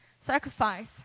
sacrifice